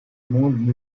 monde